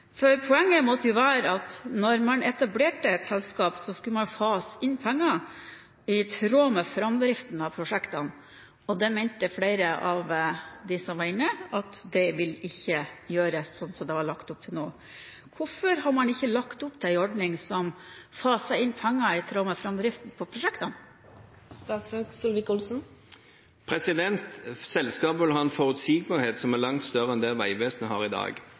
det. Poenget måtte jo være at når man etablerte et selskap, skulle man fase inn penger i tråd med framdriften av prosjektene. Flere av dem som var inne på høring, mente at det ikke ville kunne gjøres, slik som det var lagt opp til nå. Hvorfor har man ikke lagt opp til en ordning som faser inn penger i tråd med framdriften på prosjektene? Selskapet vil ha en forutsigbarhet som er langt større enn det Vegvesenet har i dag.